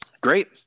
Great